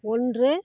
ஒன்று